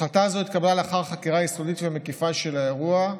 החלטה זו התקבלה לאחר חקירה יסודית ומקיפה של האירוע,